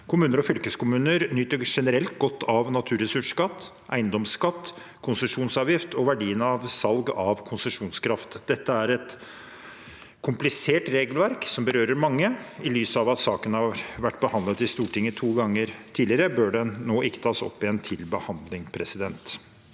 Kommuner og fylkeskommuner nyter generelt godt av naturressursskatt, eiendomsskatt, konsesjonsavgift og verdien av salg av konsesjonskraft. Dette er et komplisert regelverk som berører mange. I lys av at saken har vært behandlet i Stortinget to ganger tidligere, bør den ikke tas opp igjen til behandling nå.